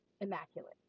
immaculate